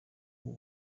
w’u